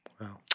Wow